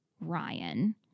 ryan